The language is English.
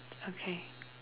okay